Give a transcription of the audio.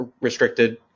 restricted